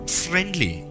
friendly